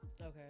Okay